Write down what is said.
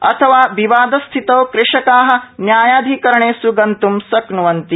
अथवा विवादस्थितौ कृषका न्यायाधिकारणेष् गन्तुं शक्नुवन्ति